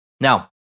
Now